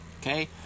Okay